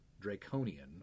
draconian